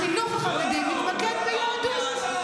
החינוך החרדי מתמקד ביהדות.